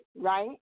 right